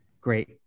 great